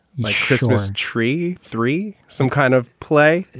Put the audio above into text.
my christmas tree three. some kind of play.